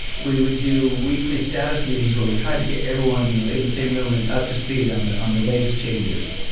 we would do weekly status meetings where we try to get everyone you know in the same room and up to speed on the on the latest changes.